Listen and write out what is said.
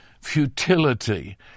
Futility